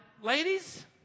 Ladies